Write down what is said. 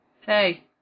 Hey